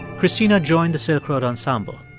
cristina joined the silk road ensemble.